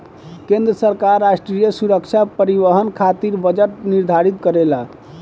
केंद्र सरकार राष्ट्रीय सुरक्षा परिवहन खातिर बजट निर्धारित करेला